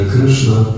Krishna